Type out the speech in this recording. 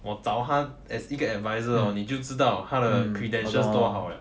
我找他 as 一个 advisor hor 你就知道他的 credential 多好 liao